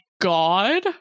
God